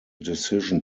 decision